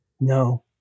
No